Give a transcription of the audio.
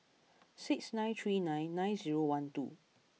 six nine three nine nine zero one two